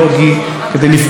באזרחיה,